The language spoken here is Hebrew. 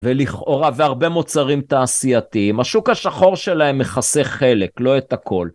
ולכאורה, והרבה מוצרים תעשייתיים, השוק השחור שלהם מכסה חלק, לא את הכל.